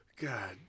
God